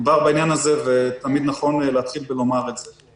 דובר בעניין הזה ותמיד נכון להתחיל ולומר את זה.